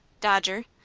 dodger.